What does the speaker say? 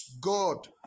God